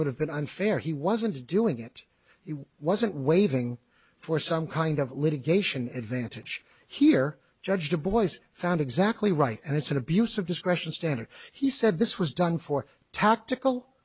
would have been unfair he wasn't doing it he wasn't waiving for some kind of litigation advantage here judge the boys found exactly right and it's an abuse of discretion standard he said this was done for tactical